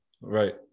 Right